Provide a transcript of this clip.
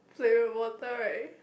flavored water right